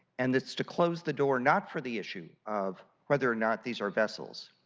and it is to close the door not for the issue of whether or not these are vessels,